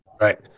Right